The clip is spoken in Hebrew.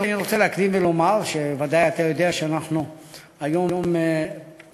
אני רוצה להקדים ולומר שוודאי אתה יודע שאנחנו היום פועלים